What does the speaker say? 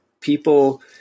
people